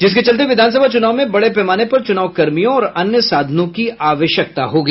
जिसके चलते विधानसभा चुनाव में बड़े पैमाने पर चुनाव कर्मियों और अन्य साधनों की आवश्यकता होगी